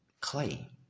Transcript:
clay